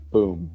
Boom